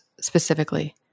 specifically